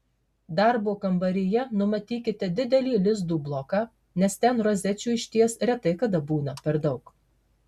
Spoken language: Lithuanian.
darbo kambaryje numatykite didelį lizdų bloką nes ten rozečių išties retai kada būna per daug